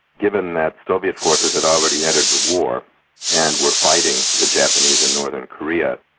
given that soviet forces had already entered the war and were fighting the japanese in northern korea.